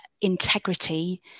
integrity